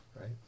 right